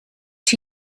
tea